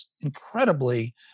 incredibly